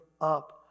up